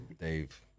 Dave